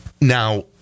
now